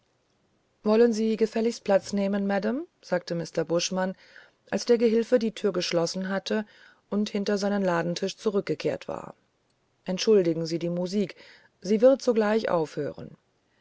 wollen sie gefälligst platz nehmen madame sagte mr buschmann als der gehilfe die tür geschlossen hatte und hinter seinen ladentisch zurückgekehrt war entschuldigensiediemusik siewirdsogleichaufhören ersprachdiesewortemitfremdländischemakzent abervollkommenergeläufigkeit